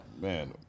Man